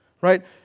right